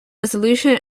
resolution